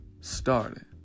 started